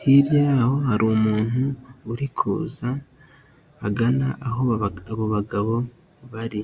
hirya y'aho hari umuntu uri kuza agana aho abo bagabo bari.